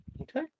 Okay